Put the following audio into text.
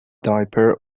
diaper